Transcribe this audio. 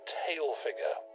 tail-figure